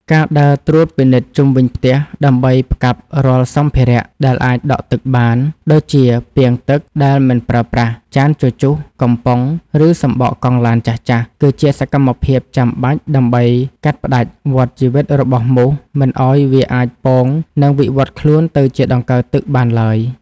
ការដើរត្រួតពិនិត្យជុំវិញផ្ទះដើម្បីផ្កាប់រាល់សម្ភារៈដែលអាចដក់ទឹកបាន ដូចជាពាងទឹកដែលមិនប្រើប្រាស់ ចានជជុះ កំប៉ុង ឬសំបកកង់ឡានចាស់ៗ គឺជាសកម្មភាពចាំបាច់ដើម្បីកាត់ផ្តាច់វដ្តជីវិតរបស់មូសមិនឱ្យវាអាចពង និងវិវត្តខ្លួនទៅជាដង្កូវទឹកបានឡើយ។